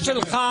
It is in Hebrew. התשובה שלך?